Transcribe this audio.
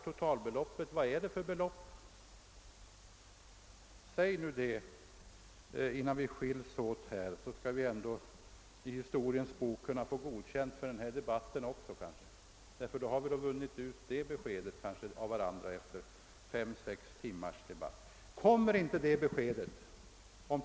Tala nu om detta innan vi skils åt! I så fall kommer vi kanske i historiens bok att kunna få godkänt också för denna debatt. Den har då åtminstone givit besked på denna punkt efter fem till sex timmars diskussion.